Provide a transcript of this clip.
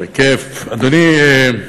אדוני,